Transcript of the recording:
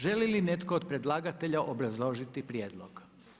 Želi li netko od predlagatelja obrazložiti prijedlog?